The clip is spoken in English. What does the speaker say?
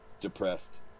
depressed